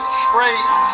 straight